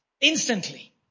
Instantly